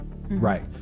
Right